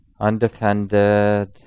undefended